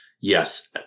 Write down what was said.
yes